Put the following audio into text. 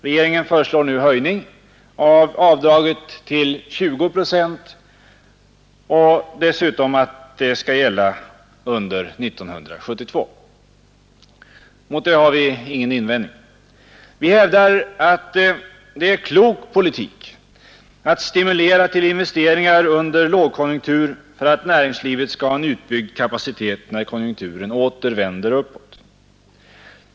Regeringen föreslår nu en höjning av avdraget till 20 procent och dessutom att det skall gälla också under 1972. Mot detta har vi ingen invändning. Vi hävdar att det är klok politik att stimulera till investeringar under lågkonjunktur för att näringslivet skall ha en utbyggd kapacitet när konjunkturen åter vänder uppåt.